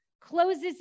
closes